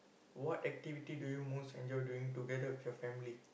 what activity do you most enjoy doing together with your family